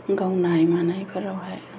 गावनाय मानायफोरावहाय